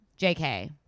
jk